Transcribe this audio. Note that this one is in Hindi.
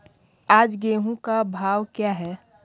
आज गेहूँ का भाव क्या है?